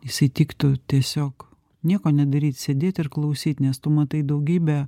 jisai tiktų tiesiog nieko nedaryt sėdėt ir klausyt nes tu matai daugybę